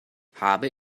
habe